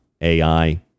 AI